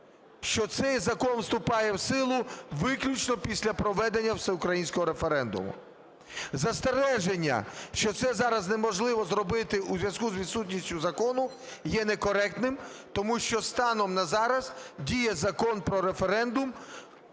що цей закон вступає в силу виключно після проведення всеукраїнського референдуму. Застереження, що це зараз неможливо зробити у зв'язку з відсутністю закону, є некоректним, тому що станом на зараз діє Закон про референдум,